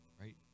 right